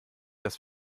dass